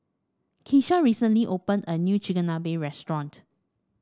Keesha recently opened a new Chigenabe restaurant